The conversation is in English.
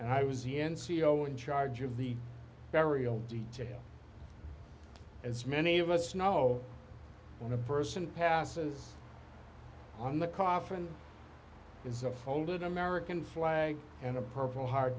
and i was the n c o in charge of the burial detail as many of us know when a person passes on the coffin is a folded american flag and a purple heart